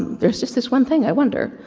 there's just this one thing i wonder,